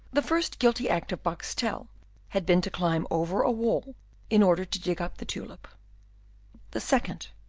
the first guilty act of boxtel had been to climb over a wall in order to dig up the tulip the second,